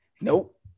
Nope